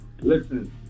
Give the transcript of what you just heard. listen